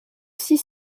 six